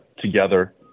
together